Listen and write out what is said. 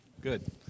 Good